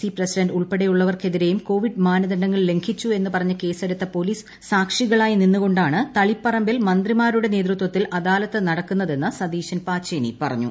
C president ഉൾപ്പെടെയുള്ളവർക്കെതിരെയും Covid മാനദണ്ഡങ്ങൾ ലംഘിച്ചു എന്ന് പറഞ്ഞു കേസെടുത്ത പോലീസ് സാക്ഷികളായി നിന്നു കൊണ്ടാണ് തളിപ്പറമ്പിൽ മന്ത്രിമാരുടെ നേതൃത്വത്തിൽ അദാലത്ത് നടക്കുന്നതെന്ന് സതീശൻ പാച്ചേനി പറഞ്ഞു